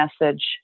message